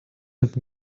with